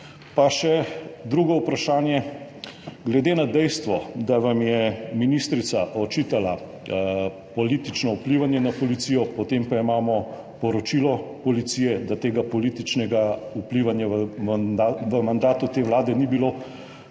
Pa še drugo vprašanje. Glede na dejstvo, da vam je ministrica očitala politično vplivanje na policijo, potem pa imamo poročilo policije, da tega političnega vplivanja v mandatu te vlade ni bilo: